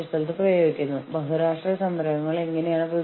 കൂടാതെ ഈ ഇടപാടിൽ നിന്ന് ഒരാൾക്ക് എന്താണ് വേണ്ടത്